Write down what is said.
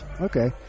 Okay